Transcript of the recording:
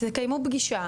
תקיימו פגישה,